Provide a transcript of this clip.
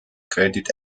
credit